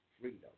freedom